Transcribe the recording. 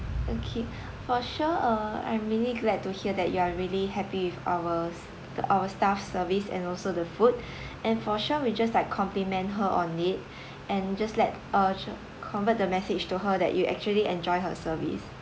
okay for sure uh I'm really glad to hear that you are really happy with our our staff service and also the food and for sure we'll just like compliment her on it and just let uh convert the message to her that you actually enjoy her service